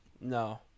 No